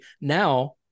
Now